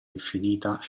infinita